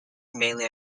mainly